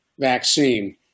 vaccine